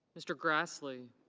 mr. grassley.